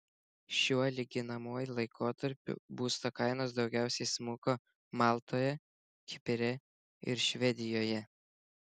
šiuo lyginamuoju laikotarpiu būsto kainos daugiausiai smuko maltoje kipre ir švedijoje